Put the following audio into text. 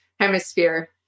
hemisphere